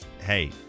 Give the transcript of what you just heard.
hey